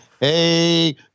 Hey